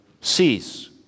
cease